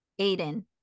Aiden